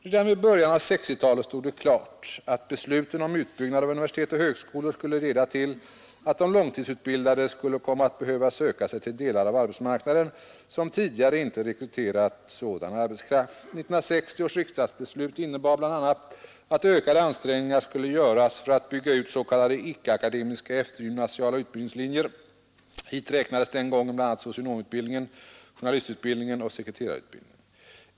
Redan vid början av 1960-talet stod det klart att besluten om utbyggnad av universitet och högskolor skulle leda till att de långtidsutbildade skulle komma att behöva söka sig till delar av arbetsmarknaden, som tidigare inte rekryterat sådan arbetskraft. 1960 års riksdagsbeslut innebar bl.a. att ökade ansträngningar skulle göras för att bygga ut s.k. icke-akademiska eftergymnasiala utbildningslinjer. Hit räknades den gången bl.a. socionomutbildningen, journalistutbildningen och sekreterarutbildningen.